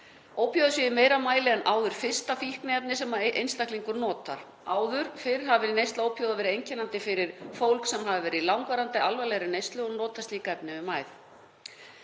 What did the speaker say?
Ópíóíðar séu í meira mæli en áður fyrsta fíkniefni sem einstaklingur notar en áður fyrr hafi neysla ópíóíða verið einkennandi fyrir fólk sem hafi verið í langvarandi alvarlegri neyslu og notað slík efni í æð.